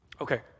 Okay